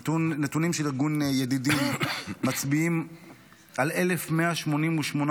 נתונים של ארגון ידידים מצביעים על 1,188